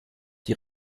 die